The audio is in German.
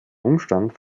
umstand